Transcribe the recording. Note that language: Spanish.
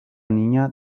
niña